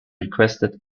requested